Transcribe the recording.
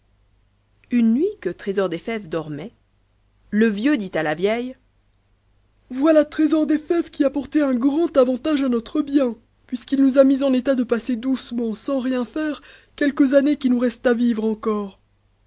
une nuit que trésor des fèves dormait le vieux dit à la vieille voilà trésor des fèves qui a porté un grand avantage a notre bien puisqu'il nous a mis en état de passer doucement sans rien faire quelques années qui nous restent à vivre encore